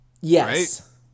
Yes